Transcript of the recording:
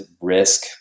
risk